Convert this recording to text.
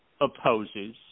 opposes